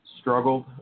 struggled